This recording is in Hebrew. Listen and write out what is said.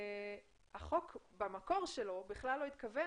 החוק במקור שלו בכלל לא התכוון